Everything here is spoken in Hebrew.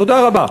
תודה רבה.